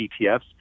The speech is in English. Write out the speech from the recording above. ETFs